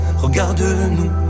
regarde-nous